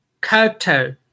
Koto